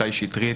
שי שטרית,